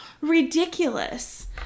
ridiculous